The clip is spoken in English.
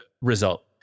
result